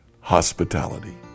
hospitality